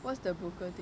what's the broker thing